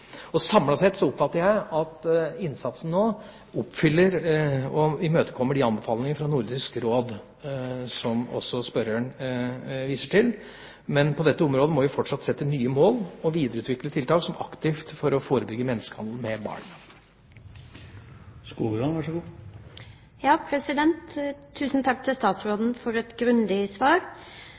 og sikres bistand. Samlet sett oppfatter jeg at innsatsen nå oppfyller og imøtekommer de anbefalingene fra Nordisk Råd som også spørreren viser til, men på dette området må vi fortsatt sette nye mål og videreutvikle tiltak for aktivt å forebygge menneskehandel med barn. Tusen takk til statsråden for et grundig svar.